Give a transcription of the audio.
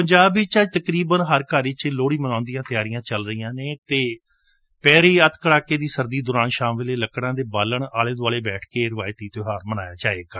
ਪੰਜਾਬ ਵਿਚ ਅੱਜ ਤਕਰੀਬਨ ਹਰ ਘਰ ਵਿਚ ਲੋਹੜੀ ਮਨਾਉਣ ਦੀਆਂ ਤਿਆਰੀਆਂ ਚਲ ਰਹੀਆਂ ਨੇ ਅਤੇ ਪੈ ਰਹੀ ਅੱਕ ਕੜਾਕੇ ਦੀ ਸਰਦੀ ਦੌਰਾਨ ਸ਼ਾਮ ਵੇਲੇ ਲਕੜਾਂ ਦੇ ਬਾਲਣ ਆਲੇ ਦੁਆਲੇ ਬੈਠਕੇ ਇਹ ਰਿਵਾਇਤੀ ਤਿਉਹਾਰ ਮਨਾਇਆ ਜਾਵੇਗਾ